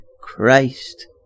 Christ